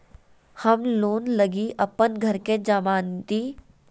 हम लोन लगी अप्पन घर के जमानती कागजात के तौर पर रख देलिओ हें